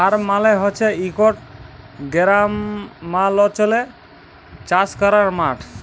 farm মালে হছে ইকট গেরামাল্চলে চাষ ক্যরার মাঠ